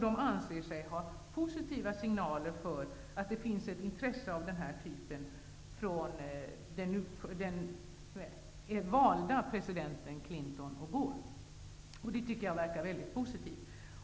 De anser sig ha fått positiva signaler om att det finns ett intresse för detta av den valda presidenten Clinton och hans vicepresident Gore. Det tycker jag är mycket positivt.